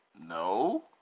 no